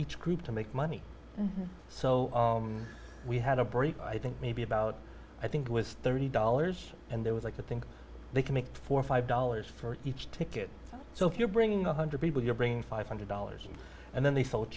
each group to make money so we had a brief i think maybe about i think it was thirty dollars and they would like to think they can make four or five dollars for each ticket so if you're bringing a one hundred people you're bringing five hundred dollars and then they sold